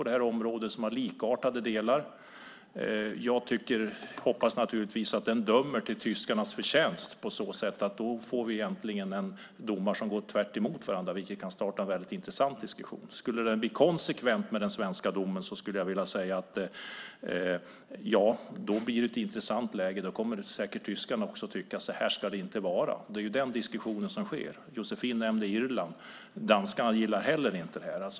Där finns likartade delar. Jag hoppas naturligtvis att domstolen dömer till tyskarnas fördel, för då får vi domar som går på tvärs med varandra, vilket kan starta en intressant diskussion. Om den däremot blir i paritet med den svenska domen skulle jag vilja säga att vi i så fall får ett intressant läge. Då kommer tyskarna säkert att tycka att det inte ska vara på det sättet. En sådan diskussion kommer att uppstå. Josefin nämnde Irland och Danmark. Inte heller de gillar detta.